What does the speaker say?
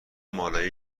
مالایی